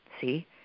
See